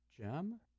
Gem